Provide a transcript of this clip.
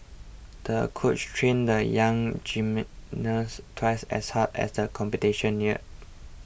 the coach trained the young gymnast twice as hard as the competition neared